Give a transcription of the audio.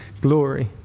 glory